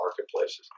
marketplaces